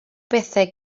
bethau